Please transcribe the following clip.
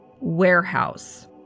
warehouse